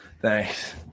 Thanks